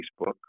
Facebook